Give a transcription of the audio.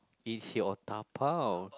eat here or dabao